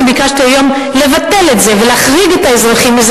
כשאני ביקשתי היום לבטל את זה ולהחריג את האזרחים מזה,